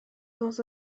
dans